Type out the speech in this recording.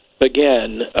again